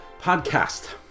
podcast